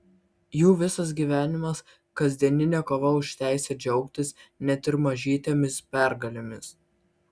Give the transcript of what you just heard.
jų visas gyvenimas kasdieninė kova už teisę džiaugtis net ir mažytėmis pergalėmis